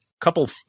couple